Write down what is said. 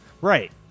Right